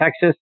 Texas